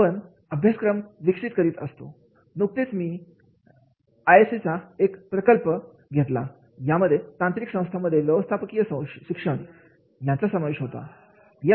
आपण अभ्यासक्रम विकसित करीत असतो नुकतेच मी आयसीएसएसआर चा एक प्रकल्प घेतलेला ज्यामध्ये तांत्रिक संस्थांमधील व्यवस्थापकीय शिक्षण याचा समावेश होता